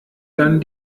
dann